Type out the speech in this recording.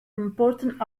important